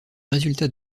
résultat